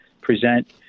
present